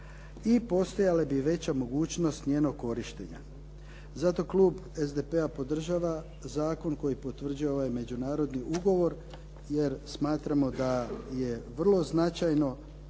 i postojala bi veća mogućnost njenog korištenja. Zato klub SDP-a podržava zakon koji potvrđuje ovaj međunarodni ugovor, jer smatramo da je vrlo značajno